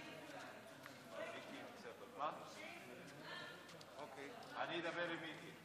חברי הכנסת, אופיר, ברכות על העברת החוק.